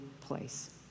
place